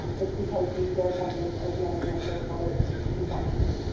it's because you share something that was never meant for public consumption.